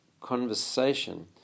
conversation